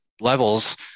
levels